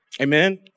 Amen